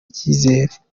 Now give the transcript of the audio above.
ikizere